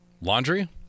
Laundry